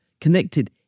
connected